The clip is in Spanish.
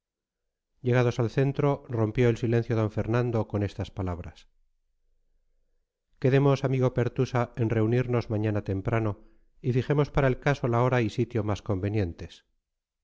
llegados al centro rompió el silencio d fernando con estas palabras quedemos amigo pertusa en reunirnos mañana temprano y fijemos para el caso la hora y sitio más convenientes